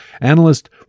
analyst